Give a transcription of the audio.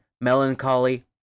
melancholy